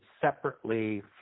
separately